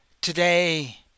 Today